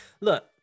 look